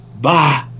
Bye